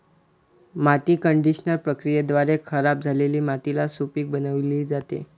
माती कंडिशनर प्रक्रियेद्वारे खराब झालेली मातीला सुपीक बनविली जाते